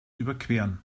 überqueren